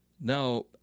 Now